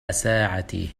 ساعتي